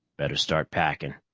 better start packing.